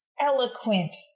eloquent